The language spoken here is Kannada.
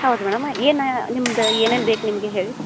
ಹೌದು ಮೇಡಮ್ ಏನು ನಿಮ್ದು ಏನೇನು ಬೇಕು ನಿಮಗೆ ಹೇಳಿ